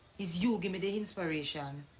is you give me the inspiration.